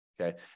Okay